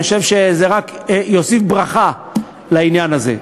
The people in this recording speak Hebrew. אני חושב שזה רק יוסיף ברכה לעניין הזה.